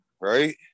Right